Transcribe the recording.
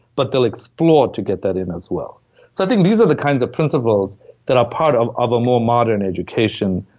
but they'll explore to get that in as well so i think these are the kinds of principles that are part of a a more modern education.